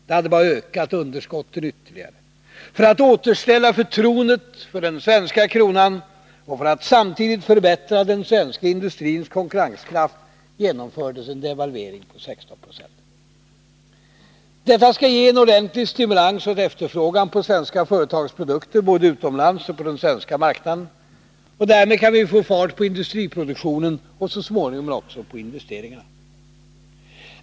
Det hade bara ökat underskotten ytterligare. För att återställa förtroendet för den svenska kronan och för att samtidigt förbättra den svenska industrins konkurrenskraft genomfördes en devalvering på 16 Po. Detta skall ge en ordentlig stimulans åt efterfrågan på svenska företags produkter — både utomlands och på den svenska marknaden. Därmed kan vi få fart på industriproduktionen och så småningom också på investeringarna.